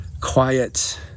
quiet